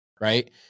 right